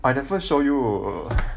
I never show you